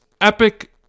epic